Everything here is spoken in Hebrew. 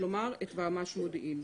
כלומר, את ועמ"ש מודיעין.